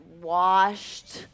washed